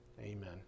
amen